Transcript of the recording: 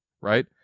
right